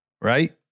right